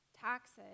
taxes